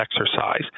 exercise